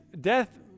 death